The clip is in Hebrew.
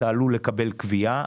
אתה עלול לקבל כוויה,